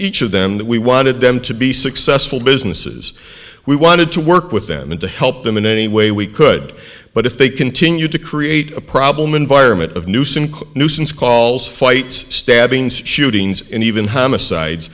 each of them that we wanted them to be successful businesses we wanted to work with them and to help them in any way we could but if they continued to create a problem environment of nuisance nuisance calls fights stabbings shootings and even homicides